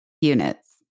units